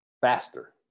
faster